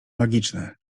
magiczne